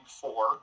four